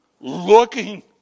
Looking